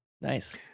Nice